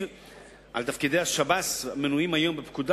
שלפיו על תפקידי השב"ס המנויים היום בפקודה